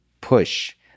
push